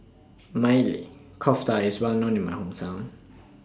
Maili Kofta IS Well known in My Hometown